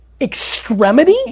extremity